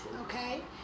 okay